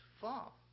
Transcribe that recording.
fall